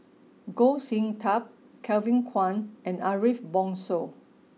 Goh Sin Tub Kevin Kwan and Ariff Bongso